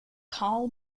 carl